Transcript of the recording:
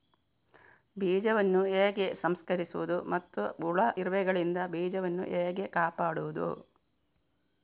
ಬೀಜವನ್ನು ಹೇಗೆ ಸಂಸ್ಕರಿಸುವುದು ಮತ್ತು ಹುಳ, ಇರುವೆಗಳಿಂದ ಬೀಜವನ್ನು ಹೇಗೆ ಕಾಪಾಡುವುದು?